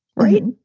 right?